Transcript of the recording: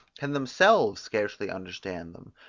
can themselves scarcely understand them,